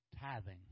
tithing